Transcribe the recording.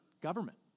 government